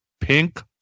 Pink